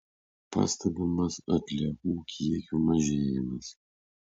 pastebimas atliekų kiekių mažėjimas